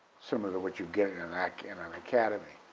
similar to what you get in an like and um academy.